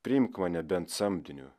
priimk mane bent samdiniu